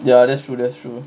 ya that's true that's true